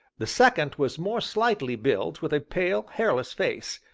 the second was more slightly built, with a pale, hairless face,